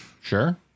sure